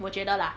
我觉得啦